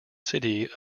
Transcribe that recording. city